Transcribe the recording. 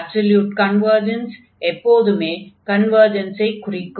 absolute convergence எப்போதுமே கன்வர்ஜன்ஸைக் குறிக்கும்